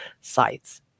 sites